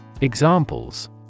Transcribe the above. Examples